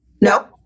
No